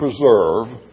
preserve